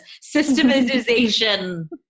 systematization